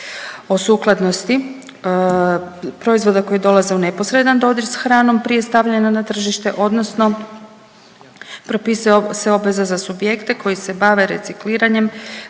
o sukladnosti proizvoda koji dolaze u neposredan dodir sa hranom prije stavljanja na tržište, odnosno propisuje se obveza za subjekte koji se bave recikliranjem